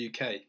UK